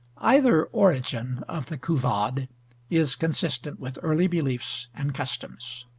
either origin of the couvade is consistent with early beliefs and customs.